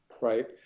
right